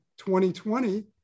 2020